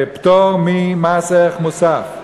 בפטור ממס ערך מוסף.